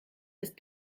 ist